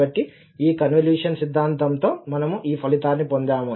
కాబట్టి ఈ కన్వల్యూషన్ సిద్ధాంతంతో మనము ఈ ఫలితాన్ని పొందాము